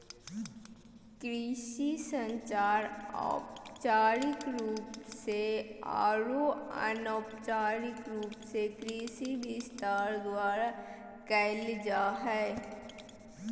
कृषि संचार औपचारिक रूप से आरो अनौपचारिक रूप से कृषि विस्तार द्वारा कयल जा हइ